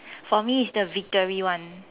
for me is the victory one